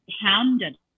hounded